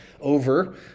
over